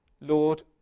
Lord